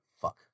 fuck